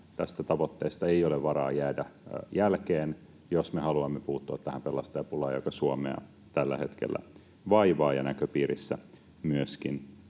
Tästä tavoitteesta ei ole varaa jäädä jälkeen, jos me haluamme puuttua tähän pelastajapulaan, joka Suomea tällä hetkellä vaivaa ja näköpiirissä myöskin